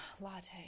Latte